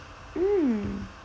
mm